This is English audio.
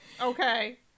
Okay